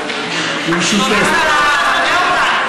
היא קיימה דיון בנושא הטיפול במפונים.